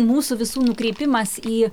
mūsų visų nukreipimas į